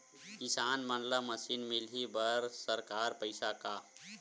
किसान मन ला मशीन मिलही बर सरकार पईसा का?